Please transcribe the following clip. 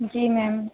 जी ma'am